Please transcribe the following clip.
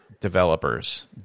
developers